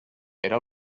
era